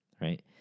right